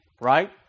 right